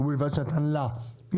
ובלבד שנתן לה.